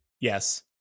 Yes